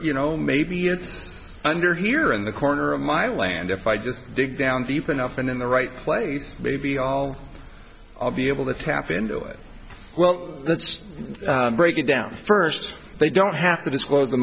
you know maybe it's under here in the corner of my land if i just dig down deep enough and in the right place maybe i'll be able to tap into it well let's break it down first they don't have to disclose the